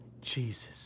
Jesus